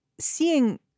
Seeing